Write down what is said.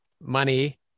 money